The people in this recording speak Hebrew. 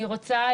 אני רוצה,